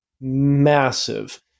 massive